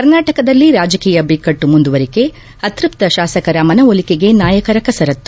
ಕರ್ನಾಟಕದಲ್ಲಿ ರಾಜಕೀಯ ಬಿಕ್ಕಟ್ಟು ಮುಂದುವರಿಕೆ ಅತೃಪ್ತ ಶಾಸಕರ ಮನವೊಲಿಕೆಗೆ ನಾಯಕರ ಕಸರತ್ತು